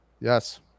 Yes